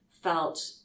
felt